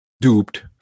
duped